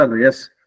yes